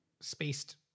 spaced